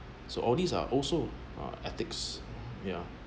so all these are also uh ethics yeah